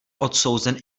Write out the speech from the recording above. odsouzen